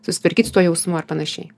susitvarkyt su tuo jausmu ar panašiai